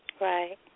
Right